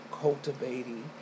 cultivating